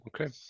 Okay